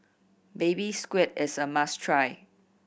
Baby Squid is a must try